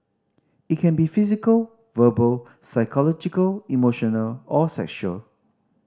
it can be physical verbal psychological emotional or sexual